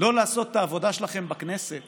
לא לעשות את העבודה שלכם בכנסת